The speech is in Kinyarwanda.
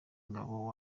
ingabo